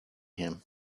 him